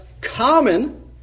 common